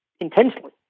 intentionally